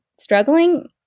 struggling